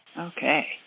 Okay